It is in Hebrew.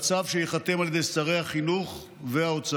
בצו שייחתם על ידי שרי החינוך והאוצר.